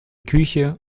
küche